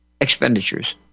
expenditures